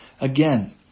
Again